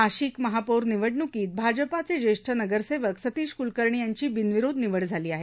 नाशिक महापौर निवडणुकीत भाजपाचे ज्येष्ठ नगरसेवक सतश्री कुलकर्णी यांच श्रिनविरोध निवड झाल आहे